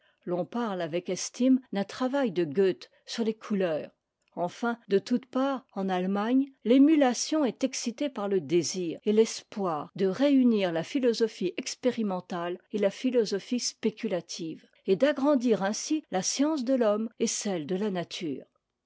l'on parle avec estime d'un travail de goethe sur les couleurs enun de toutes parts en allemagne t'émutation est excitée par le désir et l'espoir de réunir la philosophie expérimentale et la philosophie spéculative et d'agrandir ainsi la science de l'homme et celle dela nature